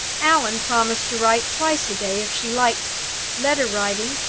allan promised to write twice a day, if she liked letter-writing,